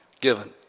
given